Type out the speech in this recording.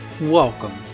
Welcome